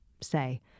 say